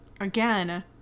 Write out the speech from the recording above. Again